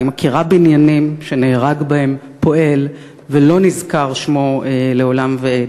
אני מכירה בניינים שנהרג בהם פועל ולא נזכר שמו לעולם ועד.